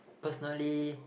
personally